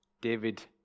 David